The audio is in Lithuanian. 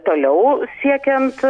toliau siekiant